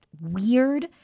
weird